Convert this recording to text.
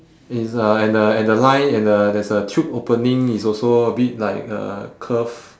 it's uh and the and the line and the there's a chute opening is also a bit like a curve